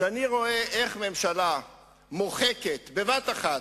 כשאני רואה איך ממשלה מוחקת בבת אחת,